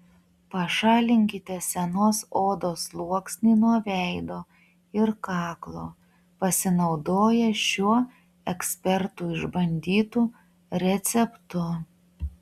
pašalinkite senos odos sluoksnį nuo veido ir kaklo pasinaudoję šiuo ekspertų išbandytu receptu